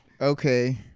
Okay